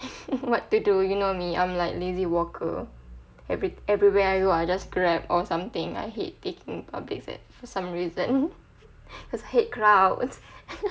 what to do you know me I'm like lazy walker every~ everywhere I go I just grab or something I hate taking public for some reason cause I hate crowds